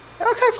Okay